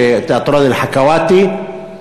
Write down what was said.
תיאטרון "אל-חכוואתי".